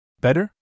Better